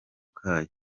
kayo